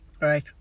right